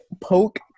poke